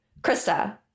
Krista